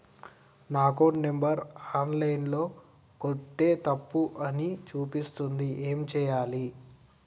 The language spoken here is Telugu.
నా అకౌంట్ నంబర్ ఆన్ లైన్ ల కొడ్తే తప్పు అని చూపిస్తాంది ఏం చేయాలి?